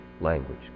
language